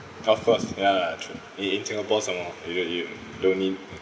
of course ya lah true in in singapore some more you you don't need